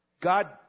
God